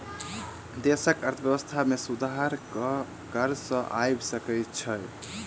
देशक अर्थव्यवस्था में सुधार कर सॅ आइब सकै छै